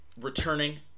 returning